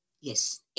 yes